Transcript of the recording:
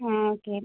ம் ஓகே